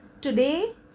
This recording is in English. Today